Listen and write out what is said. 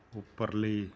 ਉੱਪਰਲੀ